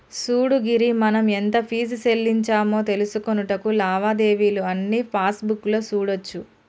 సూడు గిరి మనం ఎంత ఫీజు సెల్లించామో తెలుసుకొనుటకు లావాదేవీలు అన్నీ పాస్బుక్ లో సూడోచ్చు